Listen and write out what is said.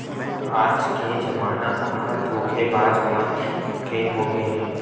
आज के जमाना ह धोखेबाज मन के होगे हे